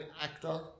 actor